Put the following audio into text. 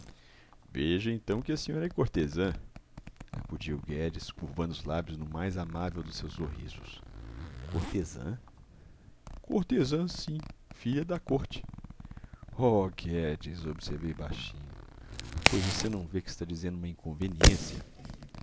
vejo então que a senhora é cortesã acudiu o guedes curvando os lábios no mais amável dos seus sorrisos cortesã cortesã sim filha da corte oh guedes observei baixinho pois você não vê que está dizendo uma inconveniência